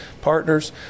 partners